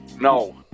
No